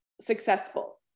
successful